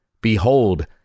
Behold